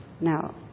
Now